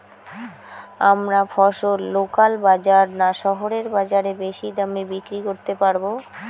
আমরা ফসল লোকাল বাজার না শহরের বাজারে বেশি দামে বিক্রি করতে পারবো?